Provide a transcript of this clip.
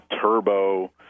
turbo